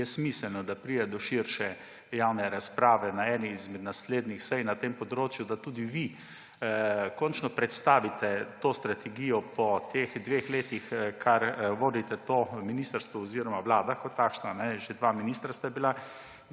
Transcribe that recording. je smiselno, da pride do širše javne razprave na eni izmed naslednjih sej na tem področju, da tudi vi končno predstavite to strategijo po teh dveh letih, kar vodite to ministrstvo oziroma Vlada kot takšna – že bila dva ministra sta.